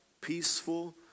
Peaceful